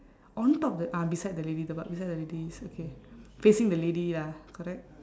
on top the ah beside the lady the b~ beside the lady okay facing the lady lah correct